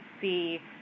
see